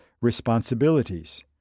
responsibilities